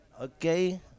okay